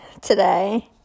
today